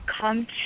come